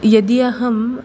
यदि अहं